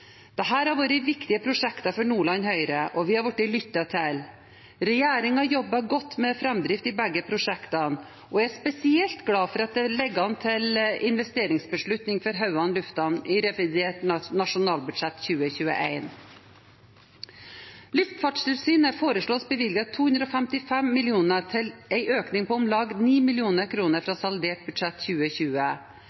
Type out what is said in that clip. har vært viktige prosjekter for Nordland Høyre, og vi har blitt lyttet til. Regjeringen jobber godt med framdrift i begge prosjektene, og jeg er spesielt glad for at det ligger an til investeringsbeslutning for Hauan lufthavn i revidert nasjonalbudsjett 2021. Luftfartstilsynet foreslås bevilget 255 mill. kr, en økning på om lag 9 mill. kr fra